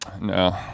No